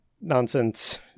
nonsense